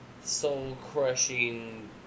soul-crushing